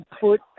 put